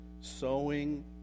Sowing